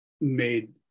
made